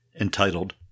entitled